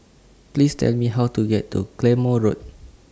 Please Tell Me How to get to Claymore Road